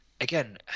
again